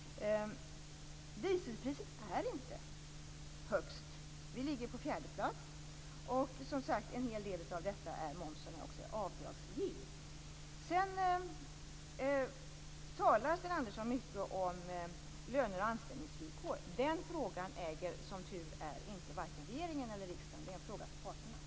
Dieselpriset är inte högst i Sverige. Vi ligger på fjärde plats. Och en hel del av detta är moms som också är avdragsgill. Sten Andersson talade mycket om löner och anställningsvillkor. Den frågan äger som tur är varken regeringen eller riksdagen. Det är en fråga för parterna.